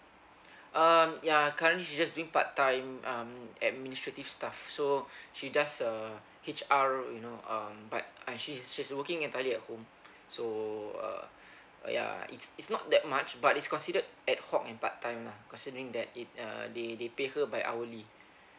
um ya currently she's just doing part time um administrative stuff so she does uh H_R you know um but and she's she's working entirely at home so uh yeah it's it's not that much but it's considered adhoc and part time lah considering that it uh they they pay her by hourly